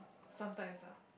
sometimes lah